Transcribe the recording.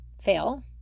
fail